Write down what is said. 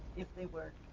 if they work,